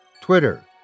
Twitter